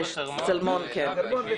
צלמון, חרמון.